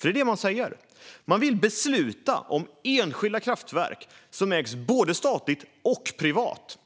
Det är det man säger. Man vill besluta om enskilda kraftverk som ägs både statligt och privat,